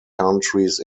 countries